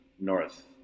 North